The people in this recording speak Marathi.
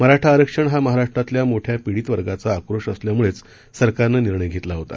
मराठा आरक्षण हा महाराष्ट्रातल्या मोठ्या पीडीत वर्गाचा आक्रोश असल्यामुळेच सरकारनं निर्णय घेतला होता